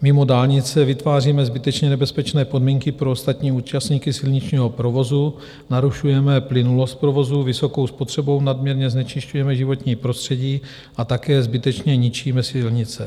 Mimo dálnice vytváříme zbytečně nebezpečné podmínky pro ostatní účastníky silničního provozu, narušujeme plynulost provozu, vysokou spotřebou nadměrně znečišťujeme životní prostředí a také zbytečně ničíme silnice.